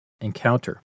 encounter